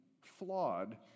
flawed